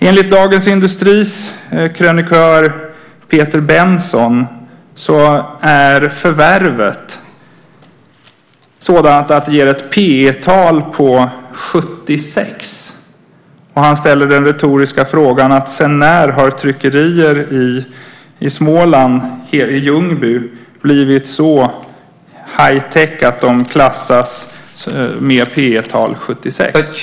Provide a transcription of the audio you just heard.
Enligt Dagens Industris krönikör Peter Benson är förvärvet sådant att det ger ett p e-tal på 76?